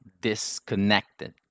Disconnected